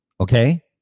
okay